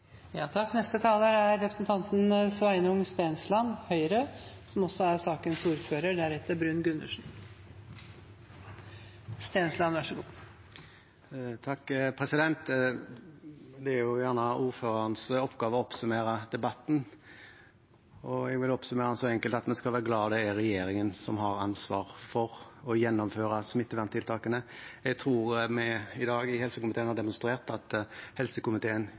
Det er gjerne ordførerens oppgave å oppsummere debatten, og jeg vil oppsummere den så enkelt som at vi skal være glad det er regjeringen som har ansvar for å gjennomføre smitteverntiltakene. Jeg tror vi i helsekomiteen i dag har demonstrert at helsekomiteen